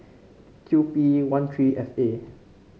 Q P one three F A